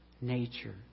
nature